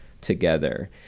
together